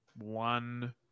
one